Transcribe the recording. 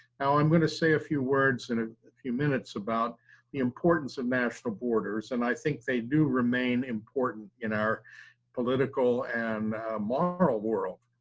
now, i'm gonna say a few words in a few minutes about the importance of national borders, and i think they do remain important in our political and moral world,